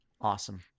Awesome